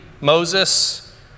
Moses